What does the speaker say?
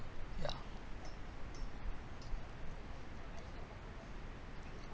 ya